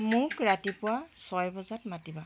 মোক ৰাতিপুৱা ছয় বজাত মাতিবা